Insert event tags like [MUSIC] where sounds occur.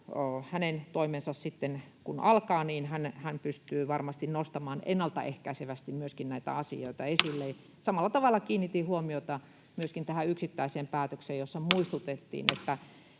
hänen toimensa alkaa, pystyy varmasti myöskin nostamaan ennaltaehkäisevästi näitä asioita esille. [NOISE] Samalla tavalla kiinnitin huomiota myöskin tähän yksittäiseen päätökseen, jossa muistutettiin,